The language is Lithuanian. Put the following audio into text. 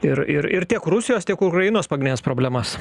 ir ir ir tiek rusijos tiek ukrainos pagnes problemas